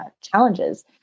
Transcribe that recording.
challenges